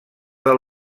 del